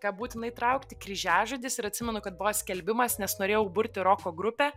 ką būtina įtraukti kryžiažodis ir atsimenu kad buvo skelbimas nes norėjau burti roko grupę